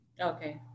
Okay